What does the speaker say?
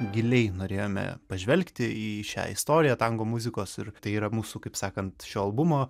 giliai norėjome pažvelgti į šią istoriją tango muzikos ir tai yra mūsų kaip sakant šio albumo